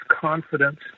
confidence